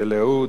של אהוד,